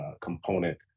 component